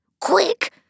Quick